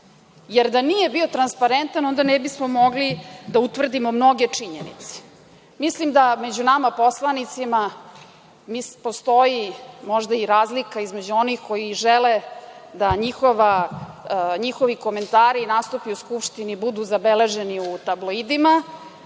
jer da nije bio transparentan, onda ne bismo mogli da utvrdimo mnoge činjenice. Mislim među nama poslanicima postoji možda i razlika između onih koji žele da njihovi komentari i nastupi u Skupštini budu zabeleženi u tabloidima.